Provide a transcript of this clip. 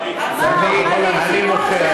אני מוחה.